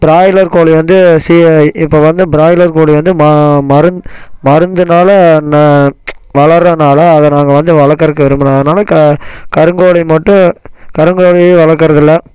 broiler கோழி வந்து இப்போ வந்து ப்ராய்லர் கோழி வந்து மருந்து மருந்தினால வளர்றதுனால அதை நாங்கள் வந்து வளக்கறதுக்கு விரும்பல கருங்கோழி மட்டும் கருங்கோழியும் வளர்க்குறதில்ல